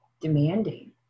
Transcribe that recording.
demanding